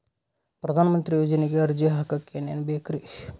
ಪ್ರಧಾನಮಂತ್ರಿ ಯೋಜನೆಗೆ ಅರ್ಜಿ ಹಾಕಕ್ ಏನೇನ್ ಬೇಕ್ರಿ?